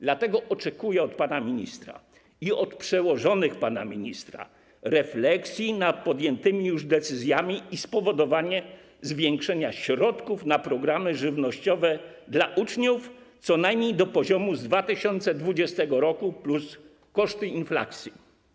Dlatego oczekuję od pana ministra i od przełożonych pana ministra refleksji nad podjętymi już decyzjami i spowodowania zwiększenia środków na programy żywnościowe dla uczniów co najmniej do poziomu z 2020 r. plus koszty inflacji.